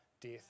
death